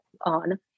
on